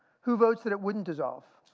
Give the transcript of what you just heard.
who votes that it wouldn't dissolve?